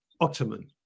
Ottoman